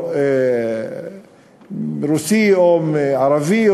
רוסי או ערבי,